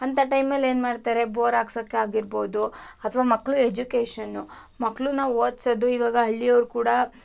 ಅಂತ ಟೈಮಲ್ಲಿ ಏನು ಮಾಡ್ತಾರೆ ಬೋರ್ ಹಾಕ್ಸೋಕ್ಕೆ ಆಗಿರ್ಬೋದು ಅಥವಾ ಮಕ್ಕಳು ಎಜ್ಯುಕೇಷನು ಮಕ್ಕಳನ್ನ ಓದಿಸೋದು ಇವಾಗ ಹಳ್ಳಿಯವರು ಕೂಡ